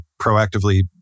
proactively